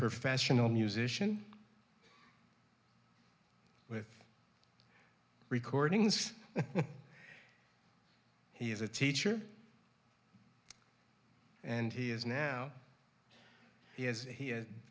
professional musician with recordings he is a teacher and he is now he has